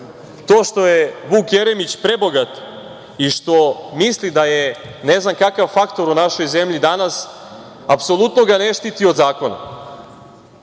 To što je Vuk Jeremić prebogat i što misli da je ne znam kakav faktor u našoj zemlji danas, apsolutno ga ne štiti od zakona.